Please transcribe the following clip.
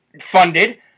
funded